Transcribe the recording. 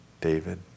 David